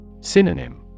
Synonym